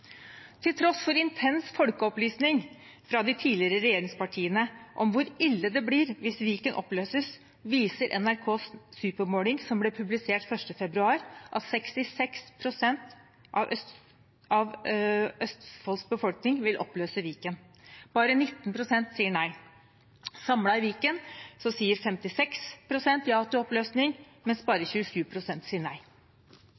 Til tross for intens folkeopplysning fra de tidligere regjeringspartiene om hvor ille det blir hvis Viken oppløses, viser NRKs supermåling som ble publisert 1. februar, at 66 pst. av Østfolds befolkning vil oppløse Viken. Bare 19 pst. sier nei. Samlet i Viken sier 56 pst. ja til oppløsning, mens bare